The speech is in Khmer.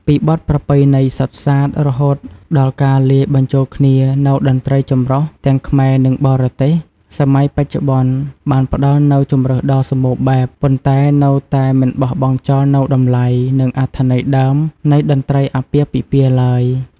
ពីបទប្រពៃណីសុទ្ធសាធ រហូតដល់ការលាយបញ្ចូលគ្នានូវតន្ត្រីចម្រុះទាំងខ្មែរ និងបរទេស សម័យបច្ចុប្បន្នបានផ្តល់នូវជម្រើសដ៏សម្បូរបែប ប៉ុន្តែនៅតែមិនបោះបង់ចោលនូវតម្លៃ និងអត្ថន័យដើមនៃតន្ត្រីអាពាហ៍ពិពាហ៍ឡើយ។